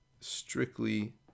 strictly